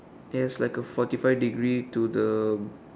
and it's like a forty five degree to the